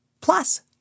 Plus